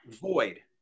void